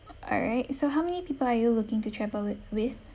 all right so how many people are you looking to travel wi~ with